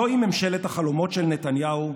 זוהי ממשלת החלומות של נתניהו,